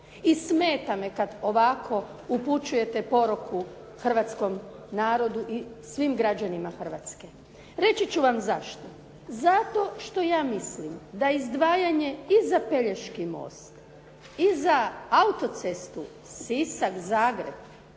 I smeta me kad ovako upućujete poruku hrvatskom narodu i svim građanima Hrvatske. Reći ću vam zašto. Zato što ja mislim da izdvajanje i za pelješki most i za autocestu Sisak-Zagreb